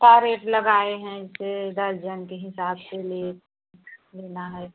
क्या रेट लगाए हैं ऐसे दर्जन के हिसाब से ले लेना है